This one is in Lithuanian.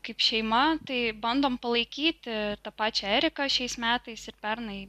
kaip šeima tai bandom palaikyti tą pačią eriką šiais metais ir pernai